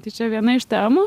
tai čia viena iš temų